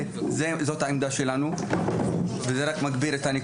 וזה רק מגביר את הניכור למדינה ולמוסדות שלה,